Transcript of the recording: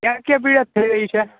ક્યાં ક્યાં પીડા થઈ રહી છે